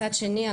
מצד שני,